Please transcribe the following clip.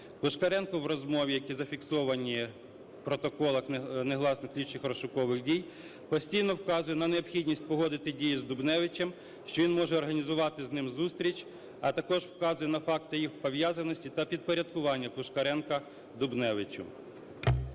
Пушкаренко в розмові, які зафіксовані в протоколах негласних слідчих розшукових дій, постійно вказує на необхідність погодити дії з Дубневичем, що він може організувати з ним зустріч, а також вказує на факти їх пов'язаності та підпорядкування Пушкаренка Дубневичу.